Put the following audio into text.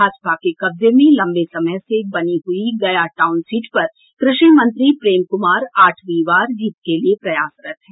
भाजपा के कब्जे में लंबे समय से बनी हुई गया टाउन सीट पर कृषि मंत्री प्रेम कुमार आठवीं बार जीत के लिए प्रयासरत हैं